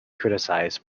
criticized